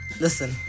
Listen